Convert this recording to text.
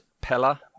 Pella